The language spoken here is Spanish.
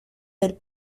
del